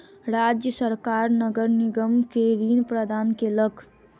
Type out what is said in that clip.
राज्य सरकार नगर निगम के ऋण प्रदान केलक